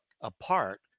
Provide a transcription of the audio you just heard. apart